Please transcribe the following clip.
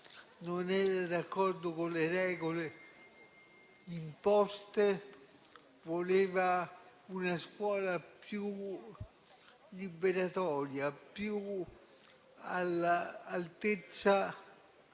Non era d'accordo con le regole imposte, voleva una scuola più liberatoria, più all'altezza